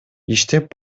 иштеп